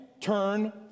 turn